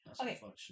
Okay